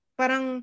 parang